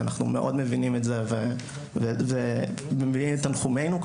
ואנחנו מאוד מבינים את זה ומביעים את תנחומינו,